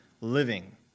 living